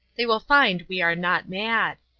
they will find we are not mad.